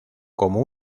como